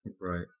Right